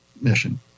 mission